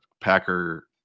Packer